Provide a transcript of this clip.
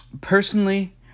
Personally